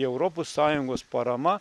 europos sąjungos parama